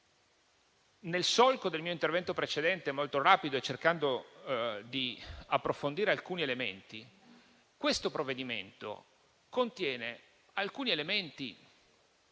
Nel solco del mio intervento precedente molto rapido e cercando di approfondire alcuni aspetti, questo provvedimento contiene alcuni elementi